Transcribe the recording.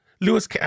Lewis